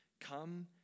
come